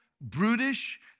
brutish